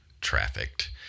trafficked